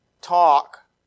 talk